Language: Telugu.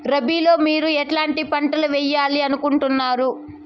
రబిలో మీరు ఎట్లాంటి పంటలు వేయాలి అనుకుంటున్నారు?